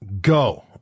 go